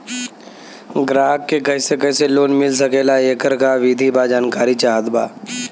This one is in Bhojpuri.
ग्राहक के कैसे कैसे लोन मिल सकेला येकर का विधि बा जानकारी चाहत बा?